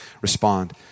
respond